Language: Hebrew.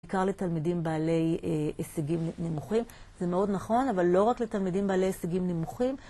בעיקר לתלמידים בעלי הישגים נמוכים, זה מאוד נכון, אבל לא רק לתלמידים בעלי הישגים נמוכים